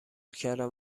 کردم